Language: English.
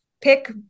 pick